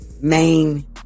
main